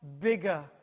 bigger